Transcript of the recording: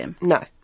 No